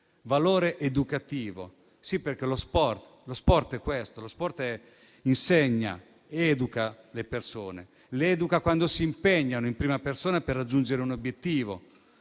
valore educativo; sì, perché lo sport è questo. Lo sport insegna ed educa le persone; le educa quando si impegnano in prima persona per raggiungere un obiettivo;